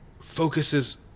focuses